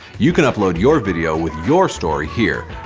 you can upload your video with your story here.